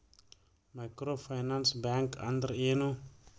Micro finance bank ಅಂದ್ರ ಏನು?